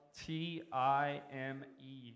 T-I-M-E